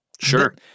Sure